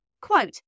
Quote